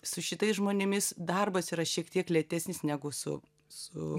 su šitais žmonėmis darbas yra šiek tiek lėtesnis negu su su